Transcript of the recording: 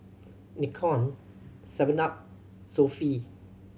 Nikon Seven Up Sofy